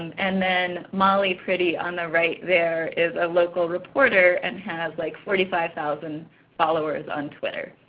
and then molly pretty on the right there is a local reporter and has like forty five thousand followers on twitter,